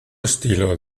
estilo